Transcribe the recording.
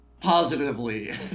positively